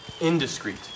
Indiscreet